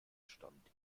stand